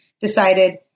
decided